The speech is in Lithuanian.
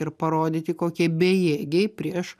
ir parodyti kokie bejėgiai prieš